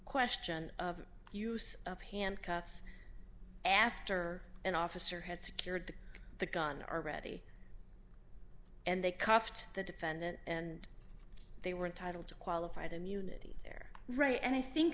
question of use of handcuffs after an officer had secured the gun already and they cuffed the defendant and they were entitled to qualified immunity their right and i think